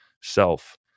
self